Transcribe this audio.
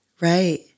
Right